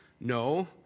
No